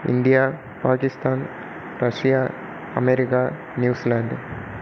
India Pakistan Russia America New Zealand